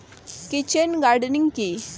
Kitchen gardening কি?